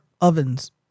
ovens